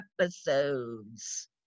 episodes